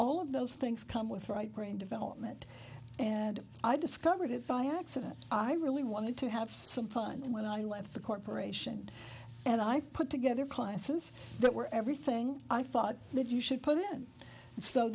all of those things come with right brain development and i discovered it by accident i really wanted to have some fun and when i left the corporation and i put together classes that were everything i thought live you should put in so